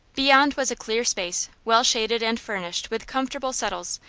beyond was a clear space, well shaded and furnished with comfortable settles,